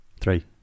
Three